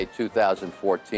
2014